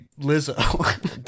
Lizzo